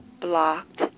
blocked